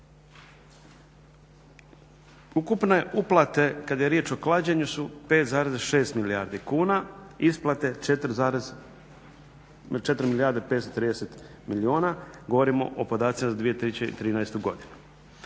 Ukupne uplate kada je riječ o klađenju su 5,6 milijardi kuna, isplate 4 milijarde 530 milijuna, govorimo o podacima iz 2013. godinu.